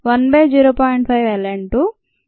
0